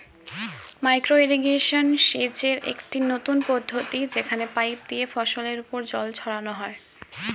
micro irrigation সেচের একটি নতুন পদ্ধতি যেখানে পাইপ দিয়ে ফসলের উপর জল ছড়ানো হয়